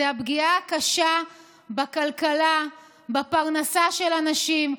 זאת הפגיעה הקשה בכלכלה, בפרנסה של אנשים.